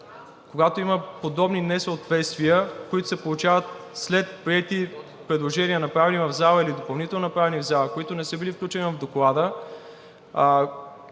когато има подобни несъответствия, които се получават след приети предложения, направени в зала или допълнително направени в зала, които не са били включени в доклада,